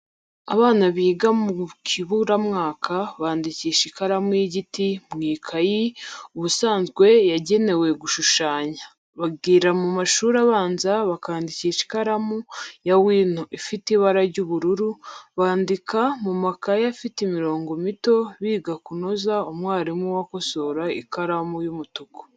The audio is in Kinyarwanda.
Abana biga mu kiburamwaka bandikisha ikaramu y'igiti mu ikayi ubusanzwe yagenewe gushushanya, bagera mu mashuri abanza bakandikisha ikaramu ya wino, ifite ibara ry'ubururu, bandika mu makayi afite imirongo mito, biga kunoza, mwarimu we akosoza ikaramu y'umutuku.